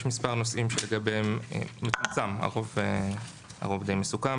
יש מספר נושאים מצומצם שלגביהם הרוב די מסוכם